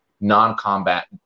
non-combat